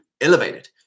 elevated